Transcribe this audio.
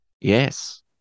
Yes